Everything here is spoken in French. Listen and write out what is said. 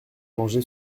mangé